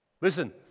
Listen